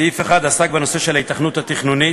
סעיף אחד עסק בנושא של ההיתכנות התכנונית,